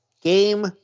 Game